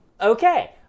Okay